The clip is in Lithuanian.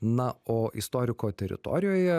na o istoriko teritorijoje